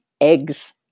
eggs